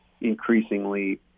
increasingly